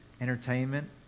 entertainment